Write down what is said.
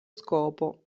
scopo